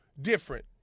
different